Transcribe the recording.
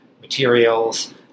materials